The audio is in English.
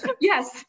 Yes